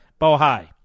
Bohai